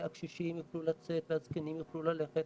והקשישים יוכלו לצאת והזקנים יוכלו ללכת